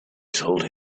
told